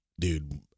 dude